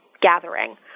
gathering